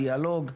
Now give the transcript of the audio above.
דיאלוג,